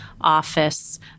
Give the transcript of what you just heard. office